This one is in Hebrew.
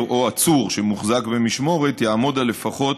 או עצור שמוחזק במשמורת יעמוד על לפחות